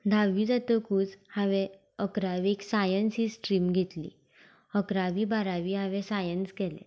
धाव्वी जातकच हांवें इकरावेक सायन्स ही स्ट्रीम घेतली इकरावी बारावी हांवें सायन्स केलें